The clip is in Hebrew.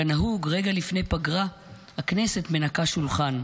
כנהוג, רגע לפני פגרה הכנסת מנקה שולחן.